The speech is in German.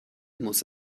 muss